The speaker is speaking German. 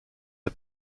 der